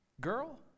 Girl